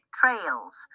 trails